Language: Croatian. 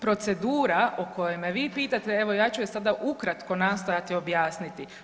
Procedura o kojoj me vi pitate, evo ja ću je sada ukratko nastojati objasniti.